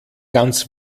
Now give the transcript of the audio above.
ganz